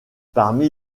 parmi